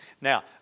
Now